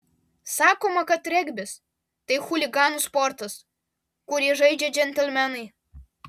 sakoma kad regbis tai chuliganų sportas kurį žaidžia džentelmenai